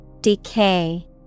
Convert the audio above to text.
Decay